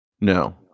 No